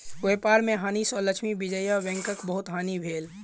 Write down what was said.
व्यापार में हानि सँ लक्ष्मी विजया बैंकक बहुत हानि भेल